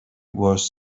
was